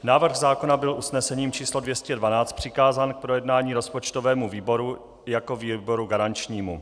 Návrh zákona byl usnesením číslo 212 přikázán k projednání rozpočtovému výboru jako výboru garančnímu.